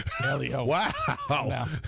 Wow